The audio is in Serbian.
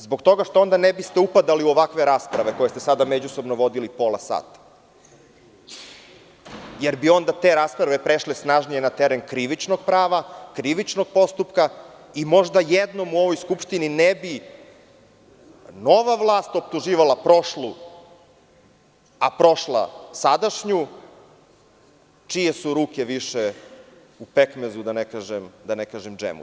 Zbog toga što onda ne biste upadali u ovakve rasprave koje ste sada međusobno vodili pola sata, jer bi onda te rasprave prešle snažnije na teren krivičnog prava, krivičnog postupka i možda jednom u ovoj Skupštini ne bi nova vlast optuživala prošlu, a prošla sadašnju, čije su ruke više u pekmezu, da ne kažem u džemu.